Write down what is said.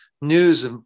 news